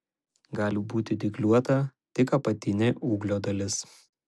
gali būti dygliuota tik apatinė ūglio dalis